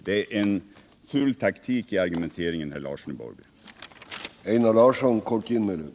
Det är en ful taktik i argumenteringen, herr Larsson i Borrby.